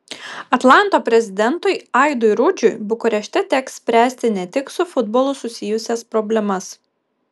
atlanto prezidentui aidui rudžiui bukarešte teks spręsti ne tik su futbolu susijusias problemas